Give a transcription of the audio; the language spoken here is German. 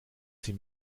sie